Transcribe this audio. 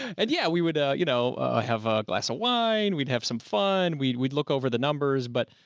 and yeah, we would, ah, you know, ah have a glass of wine. we'd have some fun. we'd, we'd look over the numbers, but.